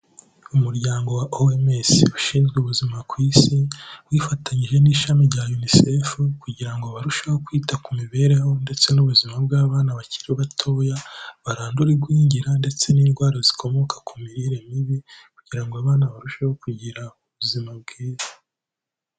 Umuryango wa OMS ushinzwe ubuzima ku Isi, wifatanyije n'ishami rya UNICEF kugira ngo barusheho kwita ku mibereho ndetse n'ubuzima bw'abana bakiri batoya, barandure igwingira ndetse n'indwara zikomoka ku mirire mibi kugira ngo abana barusheho kugira ubuzima bwiza.